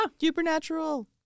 Supernatural